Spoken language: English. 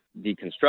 deconstruct